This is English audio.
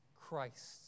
Christ